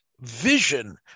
vision